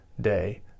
day